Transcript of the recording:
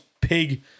pig